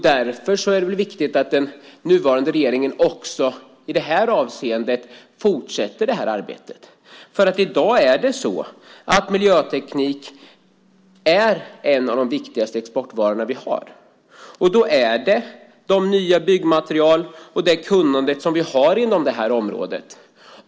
Därför är det viktigt att den nuvarande regeringen också i detta avseende fortsätter detta arbete. I dag är miljöteknik en av våra viktigaste exportvaror. Det handlar om de nya byggmaterial och det kunnande som vi har inom detta område.